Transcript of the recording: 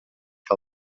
que